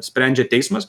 sprendžia teismas